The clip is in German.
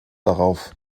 darauf